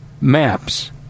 maps